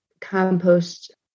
compost